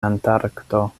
antarkto